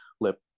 lip